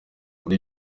muri